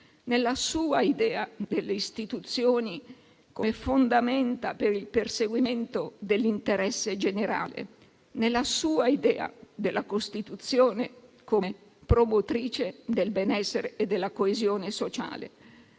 nella sua idea delle istituzioni come fondamenta per il perseguimento dell'interesse generale; nella sua idea della Costituzione come promotrice del benessere e della coesione sociale.